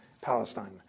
Palestine